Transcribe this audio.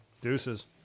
Deuces